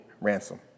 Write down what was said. Ransom